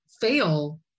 fail